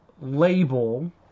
label